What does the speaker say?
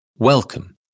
Welcome